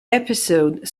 episode